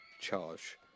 charge